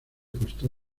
costo